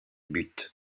buts